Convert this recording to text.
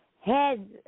head